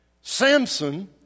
Samson